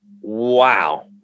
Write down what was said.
Wow